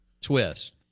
twist